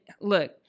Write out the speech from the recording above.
look